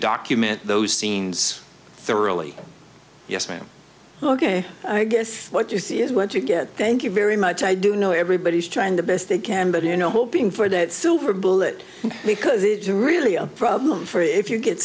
document those scenes thoroughly yes ma'am ok i guess what you see is what you get thank you very much i do know everybody's trying the best they can but you know hoping for that silver bullet because it's really a problem for if you get